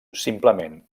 simplement